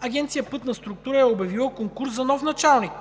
Агенция „Пътна инфраструктура“ е обявила конкурс за нов началник